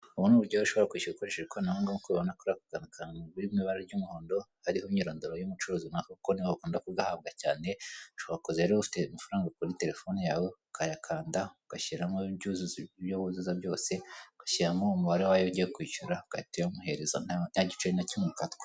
Ubu ni uburyo ushobora kwishyu ukoresha ikoranabuhanga nk'uko ubibona kuri ako gakarita kari mu ibara ry'umuhondo, hariho imyirondoro y'umucuruzi kuko ni bo bakunda kugahabwa cyane, ushobora kuza rero ufite amafaranga kuri telefone yawe ukayakanda ugashyiramo ibyo wuzuza byose, ugashyiramo umubare w'ayo ugiye kwishyura ugahita uyamuhereza nta giceri na kimwe ukatwa.